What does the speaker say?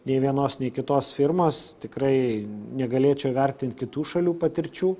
nei vienos nei kitos firmos tikrai negalėčiau vertint kitų šalių patirčių